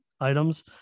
items